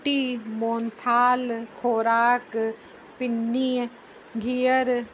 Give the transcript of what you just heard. कुटी मोहनथाल ख़ोराक पिन्नीअ गिहरु